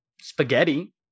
spaghetti